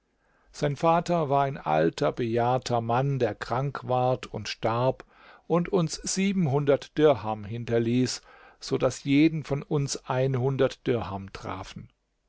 sein vater war ein alter bejahrter mann der krank ward und starb und uns dirham hinterließ so daß jeden von uns dirham trafen